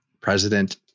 president